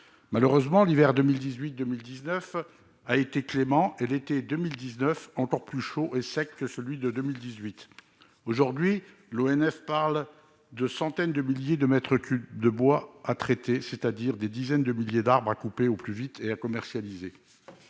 Malheureusement, l'hiver 2018-2019 a été clément, et l'été 2019 encore plus chaud et sec que celui de 2018. Aujourd'hui, l'Office national des forêts (ONF) parle de centaines de milliers de mètres cubes de bois à traiter, soit des dizaines de milliers d'arbres à couper au plus vite et à commercialiser.